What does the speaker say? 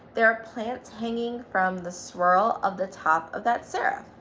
there are plants hanging from the swirl of the top of that seraph.